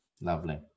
Lovely